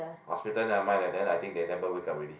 hospital never mind leh then I think they never wake up already